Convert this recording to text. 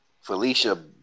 Felicia